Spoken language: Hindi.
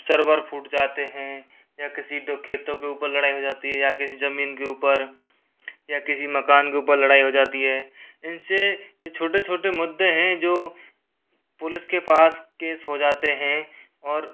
सर वर फूट जाते हैं या किसी खेतों के ऊपर लड़ाई हो जाती है या किसी ज़मीन के ऊपर या किसी मकान के ऊपर लड़ाई हो जाती है इनसे ये छोटे छोटे मुद्दे हैं जो पुलिस के पास केस हो जाते हैं और